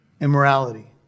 immorality